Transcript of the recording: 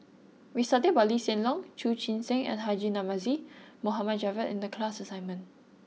we studied about Lee Hsien Loong Chu Chee Seng and Haji Namazie Mohd Javad in the class assignment